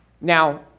Now